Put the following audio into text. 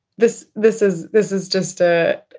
this this is this is just ah